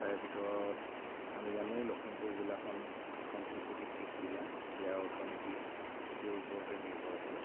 তাৰে ভিতৰত আমি জানোৱে লখিমপুৰ জিলাখন এখন কৃষিভিত্তিক জিলা ইয়াৰ অৰ্থনীতি কৃষিৰ ওপৰতে নিৰ্ভৰশীল